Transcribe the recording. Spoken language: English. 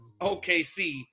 OKC